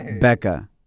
Becca